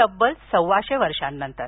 तब्बल सव्वाशे वर्षांनंतर